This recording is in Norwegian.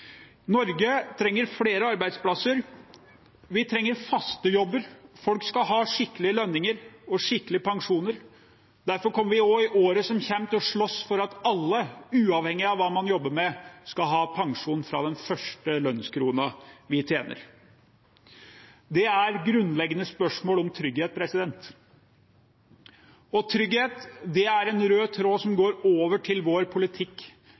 Norge trenger flere arbeidsplasser, vi trenger faste jobber, folk skal ha skikkelige lønninger og skikkelige pensjoner. Derfor kommer vi også i året som kommer, til å slåss for at alle, uavhengig av hva man jobber med, skal ha pensjon fra den første lønnskronen de tjener. Det er et grunnleggende spørsmål om trygghet. Trygghet er en rød tråd som går over til vår politikk